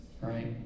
right